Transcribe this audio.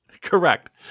Correct